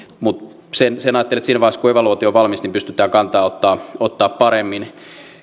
mutta sen suhteen ajattelin että siinä vaiheessa kun evaluaatio on valmis pystytään kantaa ottamaan paremmin